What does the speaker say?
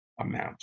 amount